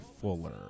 Fuller